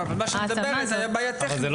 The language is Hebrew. אבל מה שהיא אומרת זה לא טכני.